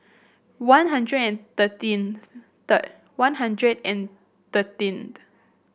One Hundred and thirteen third One Hundred and thirteenth